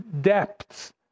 depths